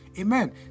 Amen